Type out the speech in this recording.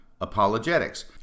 apologetics